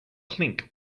clink